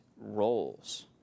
roles